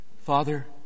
Father